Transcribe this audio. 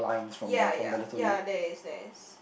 ya ya ya there is there is